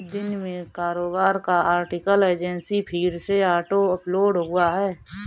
दिन में कारोबार का आर्टिकल एजेंसी फीड से ऑटो अपलोड हुआ है